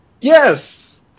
Yes